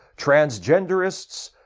transgenderists,